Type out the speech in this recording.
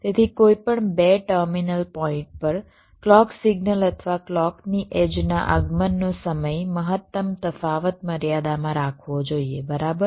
તેથી કોઈપણ 2 terminal point પર ક્લૉક સિગ્નલ અથવા ક્લૉકની એડ્જ ના આગમન સમયનો મહત્તમ તફાવત મર્યાદામાં રાખવો જોઈએ બરાબર